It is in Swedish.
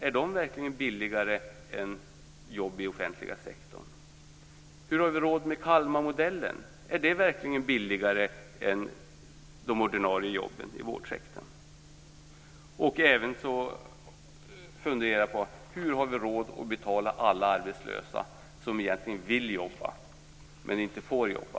Är de verkligen billigare än jobb inom den offentliga sektorn? Hur har vi råd med Kalmarmodellen? Är den verkligen billigare än att ha kvar de ordinarie jobben inom vårdsektorn? Jag funderar också på hur vi har råd att betala alla de arbetslösa som egentligen vill men inte får jobba.